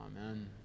amen